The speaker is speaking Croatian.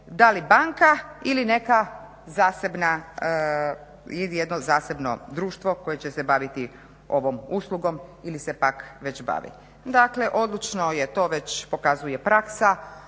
da li banka ili neka zasebna, ili jedno zasebno društvo koje će se baviti ovom uslugom ili se pak već bavi. Dakle, odlučno je to već pokazuje praksa.